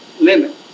limit